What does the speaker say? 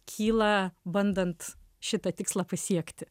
kyla bandant šitą tikslą pasiekti